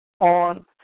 on